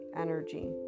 energy